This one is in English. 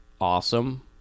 awesome